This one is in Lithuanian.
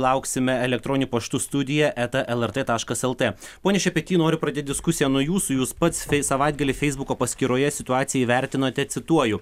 lauksime elektroniniu paštu studija eta lrt taškas lt pone šepety noriu pradėt diskusiją nuo jūsų jūs pats savaitgalį feisbuko paskyroje situaciją įvertinote cituoju